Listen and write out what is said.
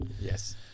yes